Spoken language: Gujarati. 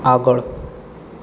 આગળ